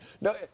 No